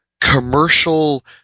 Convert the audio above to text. commercial